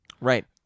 Right